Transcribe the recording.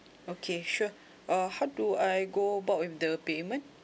okay sure uh how do I go about with the payment